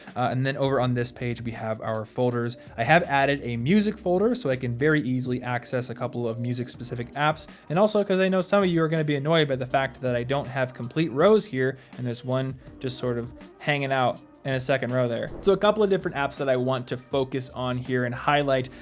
and then over on this page, we have our folders. i have added a music folder, so i can very easily access a couple of music-specific apps, and also cause i know some of you are gonna be annoyed by the fact that i don't have complete rows here and there's one just sort of hangin out in a second row there. so a couple of different apps that i want to focus on here and highlight.